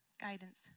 guidance